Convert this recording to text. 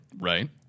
Right